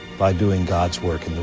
by doing god's work in